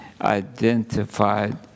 identified